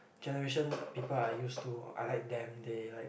generation people are used to unlike them they like